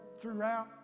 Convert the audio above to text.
throughout